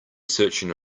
searching